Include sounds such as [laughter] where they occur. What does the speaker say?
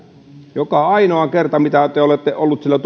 joka ainoa kerta mitä te olette olleet siellä [unintelligible]